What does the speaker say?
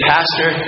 Pastor